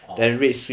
orh